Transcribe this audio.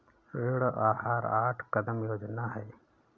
ऋण आहार आठ कदम योजना है